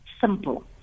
simple